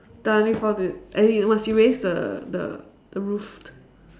done we found it and you must erase the the the roof